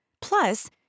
Plus